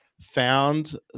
found